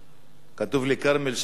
כתוב לי כרמל שאמה-הכהן.